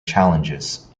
challenges